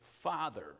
father